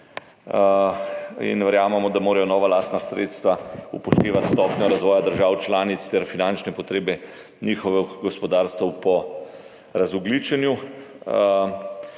EU. Verjamemo, da morajo nova lastna sredstva upoštevati stopnjo razvoja držav članic ter finančne potrebe njihovih gospodarstev po razogljičenju.